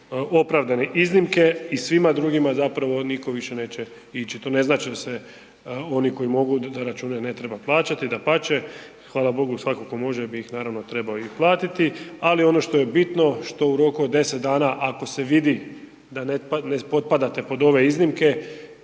opravdane iznimke i svima drugima zapravo niko više neće ići, to ne znači da se oni koji mogu da račune ne treba plaćati, dapače. Hvala Bogu svako ko može bi ih naravno i trebao platiti. Ali ono što je bitno, što u roku od 10 dana ako se vidi da ne potpadate pod ove iznimke,